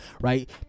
right